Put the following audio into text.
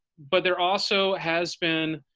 but there also has been